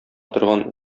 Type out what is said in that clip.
торган